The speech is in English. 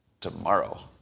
tomorrow